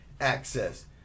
access